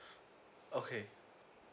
okay